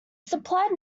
supplied